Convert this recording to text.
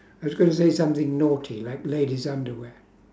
I was gonna say something naughty like ladies' underwear